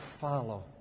follow